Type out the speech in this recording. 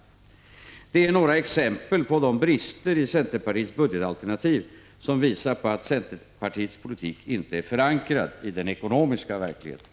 Detta är några exempel på de brister i centerpartiets budgetalternativ som visar på att centerpartiets politik inte är förankrad i den ekonomiska verkligheten.